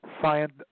science